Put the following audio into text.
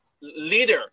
leader